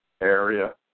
area